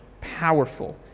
powerful